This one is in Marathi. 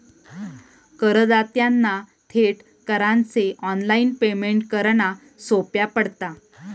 करदात्यांना थेट करांचे ऑनलाइन पेमेंट करना सोप्या पडता